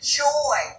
joy